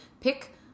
pick